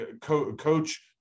coach